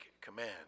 command